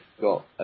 got